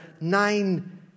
nine